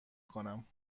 کنم